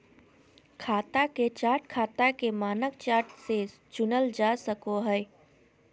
खाता के चार्ट खाता के मानक चार्ट से चुनल जा सको हय